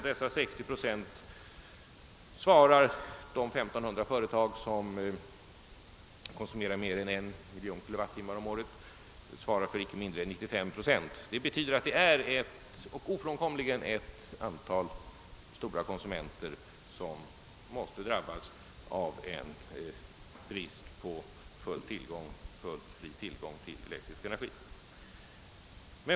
De 1 500 företag som förbrukar mer än 1 miljon kilowattimmar per år svarar för icke mindre än 95 procent av denna förbrukning. Det är alltså ofrånkomligt att ett antal stora konsumenter måste drabbas när en bristsituation uppstår.